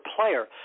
player